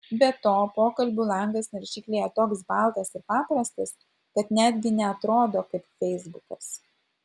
be to pokalbių langas naršyklėje toks baltas ir paprastas kad netgi neatrodo kaip feisbukas